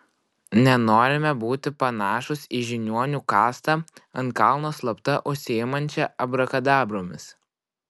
nenorime būti panašūs į žiniuonių kastą ant kalno slapta užsiimančią abrakadabromis